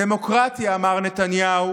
דמוקרטיה, מר נתניהו,